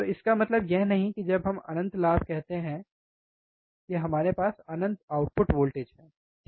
तो इसका मतलब यह नहीं है कि जब हम अनंत लाभ कहते हैं इसका मतलब है कि हमारे पास अनंत आउटपुट वोल्टेज है ठीक है